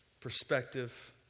perspective